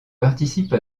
participe